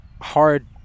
hard